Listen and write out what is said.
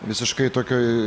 visiškai tokioj